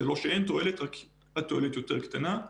זה לא שאין תועלת, רק התועלת יותר קטנה.